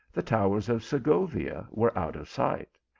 the towers of segovia were out of sight.